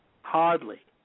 hardly